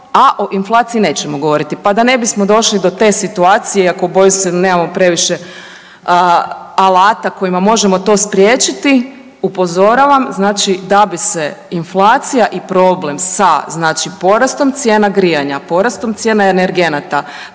a o inflaciji nećemo govoriti. Pa da ne bismo došli do te situacije iako bojim se da nemamo previše alata kojima možemo to spriječiti, upozoravam znači da bi se inflacija i problem sa znači porastom cijena grijanja, porastom cijena energenata,